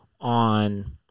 on